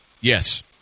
Yes